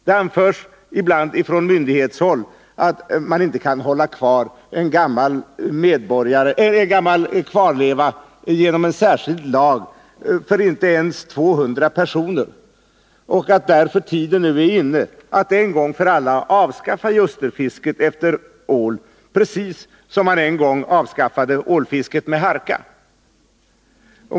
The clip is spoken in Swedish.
Det anförs ibland från myndighetshåll att man inte kan hålla kvar en gammal kvarleva genom en särskild lag för inte ens 200 personer, och att därför tiden nu är inne att en gång för alla avskaffa ljusterfisket efter ål, precis som man en gång avskaffade ålfisket med harka.